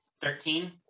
Thirteen